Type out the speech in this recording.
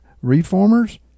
reformers